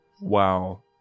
wow